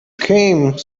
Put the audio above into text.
came